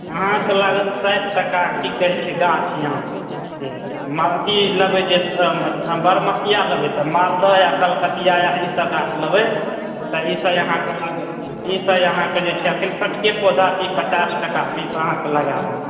आहाँके लागत साठि टका कि कहै छै गाछ आमके माल अथी लेबै जे बरमसिया लेबै तऽ मालदह आ कलकतिया आर ईसब गाछ लेबै तऽ ईसब आहाँके लागत ईसब आहाँके जे छै अखन छोटके पौधा छै पचास टका पीस आहाँके लगा देबै